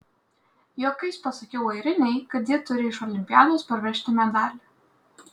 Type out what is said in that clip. juokais pasakiau airinei kad ji turi iš olimpiados parvežti medalį